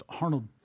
Arnold